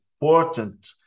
important